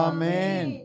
Amen